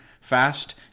fast